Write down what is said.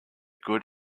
good